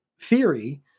theory